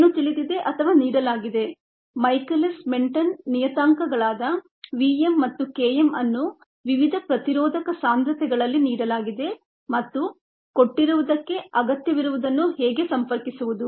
ಏನು ತಿಳಿದಿದೆ ಅಥವಾ ನೀಡಲಾಗಿದೆ ಮೈಕೆಲಿಸ್ ಮೆನ್ಟೆನ್ ನಿಯತಾಂಕಗಳಾದ V m ಮತ್ತು K m ಅನ್ನು ವಿವಿಧ ಪ್ರತಿರೋಧಕ ಸಾಂದ್ರತೆಗಳಲ್ಲಿ ನೀಡಲಾಗಿದೆ ಮತ್ತು ಕೊಟ್ಟಿರುವದಕ್ಕೆ ಅಗತ್ಯವಿರುವದನ್ನು ಹೇಗೆ ಸಂಪರ್ಕಿಸುವುದು